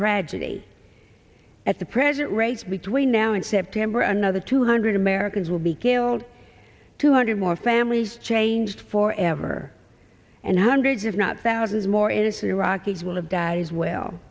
tragedy at the present rates between now and september another two hundred americans will be killed two hundred more families changed for ever and hundreds if not thousands more innocent iraqis will have died as well